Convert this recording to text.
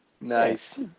Nice